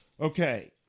Okay